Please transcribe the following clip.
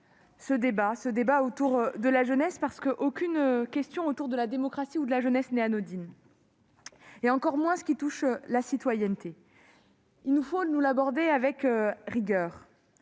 ce débat autour de la jeunesse parce qu'aucune question concernant la démocratie ou la jeunesse n'est anodine, encore moins ce qui touche à la citoyenneté. Il nous faut l'aborder avec rigueur